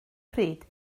pryd